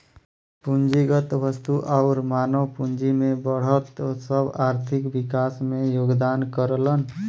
पूंजीगत वस्तु आउर मानव पूंजी में बढ़त सब आर्थिक विकास में योगदान करलन